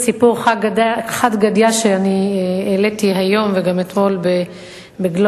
סיפור חד גדיא שאני העליתי היום וגם אתמול ב"גלובס",